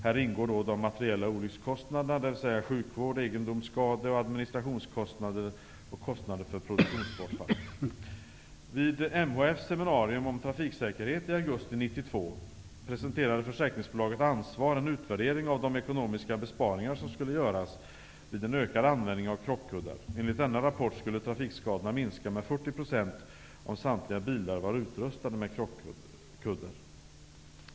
Här ingår då de materiella olyckskostnaderna, dvs. sjukvård, egendomsskadeoch administrationskostnader och kostnader för produktionsbortfall. 1992 presenterade försäkringsbolaget Ansvar en utvärdering av de ekonomiska besparingar som skulle göras vid en ökad användning av krockkuddar. Enligt denna rapport skulle trafikskadorna minska med 40 % om samtliga bilar var utrustade med krockkuddar.